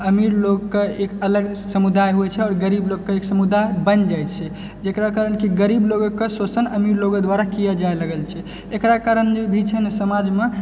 अमीर लोकके एक अलग समुदाय होइ छै आओर गरीब लोकके एक समुदाय बनि जाइ छै जकरा कारण कि गरीब लोगके शोषण अमीर लोगो द्वारा कयल लागल जा रहल छै एकरा कारण जे भी छै समाजमे